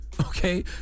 Okay